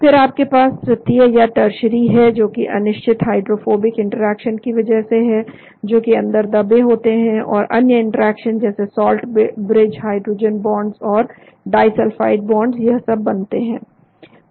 फिर आप के पास तृतीय या टर्शीयरी है जो कि अनिश्चित हाइड्रोफोबिक इंटरेक्शन की वजह से है जो कि अंदर दबे होते हैं और अन्य इंटरेक्शन जैसे साल्ट ब्रिज हाइड्रोजन बॉन्डस और डाईसल्फाइड बॉन्डस यह सब बनते हैं